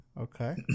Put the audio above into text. Okay